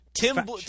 Tim